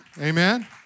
Amen